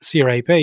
CRAP